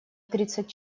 тридцать